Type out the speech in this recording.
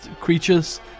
creatures